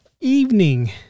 evening